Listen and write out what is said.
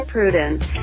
Prudence